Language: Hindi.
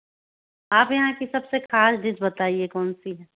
आप यहाँ की सबसे खास डिश बताइए कौनसी